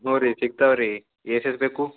ಹ್ಞೂ ರೀ ಸಿಕ್ತಾವ ರೀ ಎಸೇಸ್ ಬೇಕು